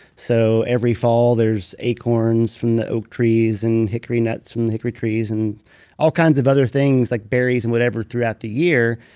so every fall, there's acorns from the oak trees and hickory nuts from the hickory trees, and all kinds of other things, like berries and whatever, throughout the year,